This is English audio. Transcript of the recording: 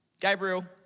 Gabriel